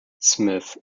smith